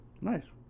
Nice